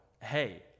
hey